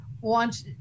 want